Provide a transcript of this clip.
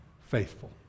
faithful